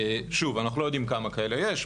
שוב, אנחנו לא יודעים כמה כאלה יש.